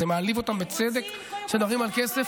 זה מעליב אותם, בצדק, כשמדברים על כסף.